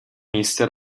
miste